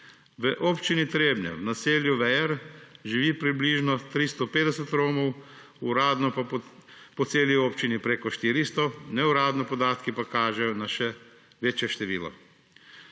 V Občini Trebnje, v naselju Vejar živi približno 350 Romov, uradno pa po celi občini več kot 400, neuradni podatki pa kažejo na še večje število.